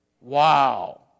Wow